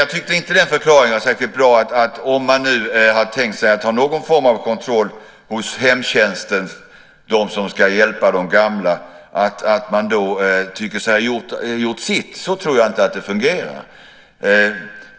Jag tyckte inte att det var en särskilt bra förklaring att man tycker sig ha gjort sitt om man nu har tänkt sig att ha någon form av kontroll hos hemtjänsten och dem som ska hjälpa de gamla. Så tror jag inte att det fungerar.